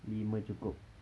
lima cukup